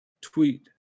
tweet